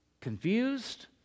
confused